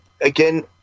Again